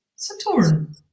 Saturn